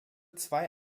zwei